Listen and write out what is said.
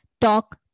talk